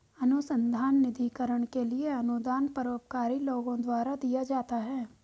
अनुसंधान निधिकरण के लिए अनुदान परोपकारी लोगों द्वारा दिया जाता है